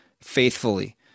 faithfully